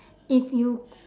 if you